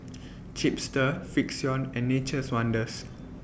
Chipster Frixion and Nature's Wonders